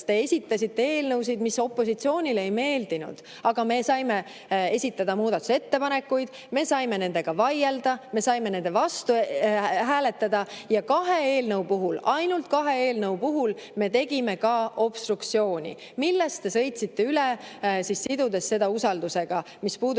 Te esitasite eelnõusid, mis opositsioonile ei meeldinud, aga me saime esitada muudatusettepanekuid, me saime nende üle vaielda, me saime nende vastu hääletada. Kahe eelnõu puhul – ainult kahe eelnõu puhul – me tegime ka obstruktsiooni, millest te sõitsite üle, sidudes need usaldusega. Need puudutasid